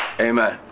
Amen